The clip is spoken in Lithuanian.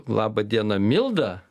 laba diena milda